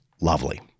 Lovely